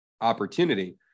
opportunity